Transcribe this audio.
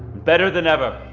better than ever.